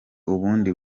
ubundi